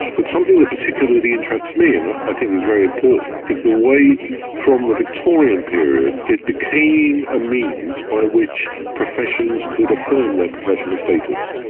but something that particularly interest me, and i i think is very important, is the way from the victorian period it became a means by which professions could affirm their professional status.